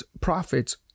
prophets